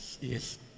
Yes